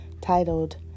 titled